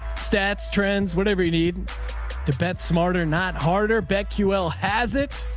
stats, trends, whatever you need to bet smarter. not harder. bet ql has it.